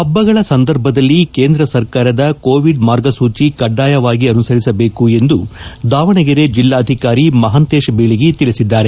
ಹಬ್ಲಗಳ ಸಂದರ್ಭದಲ್ಲಿ ಕೇಂದ್ರ ಸರ್ಕಾರದ ಕೋವಿಡ್ ಮಾರ್ಗಸೂಚಿ ಕಡ್ಡಾಯವಾಗಿ ಅನುಸರಿಸಬೇಕು ಎಂದು ದಾವಣಗೆರೆ ಜಿಲ್ಲಾಧಿಕಾರಿ ಮಹಾಂತೇಶ ಬೀಳಗಿ ತಿಳಿಸಿದ್ದಾರೆ